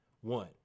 one